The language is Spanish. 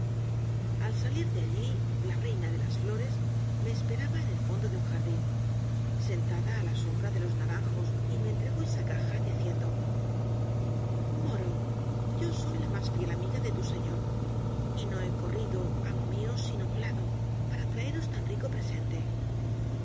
al salir de allí la reina de las flores me esperaba en el fondo de un jardín sentada á la sombra de los naranjos y me entregó esa caja diciendo moro yo soy la más fiel amiga de tu señor y no he corrido amo mío sino volado para traeros tan rico presente